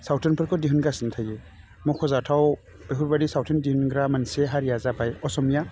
सावथुनफोरखौ दिहुनगासिनो थायो मख'जाथाव बेफोरबादि सावथुन दिहुनग्रा मोनसे हारिया जाबाय असमिया